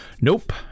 Nope